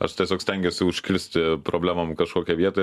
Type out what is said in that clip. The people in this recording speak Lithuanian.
aš tiesiog stengiuosi užkristi problemom kažkokią vietą